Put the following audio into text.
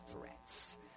threats